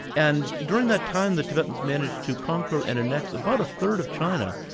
and during that time, the tibetans managed to conquer and annexe about a third of china.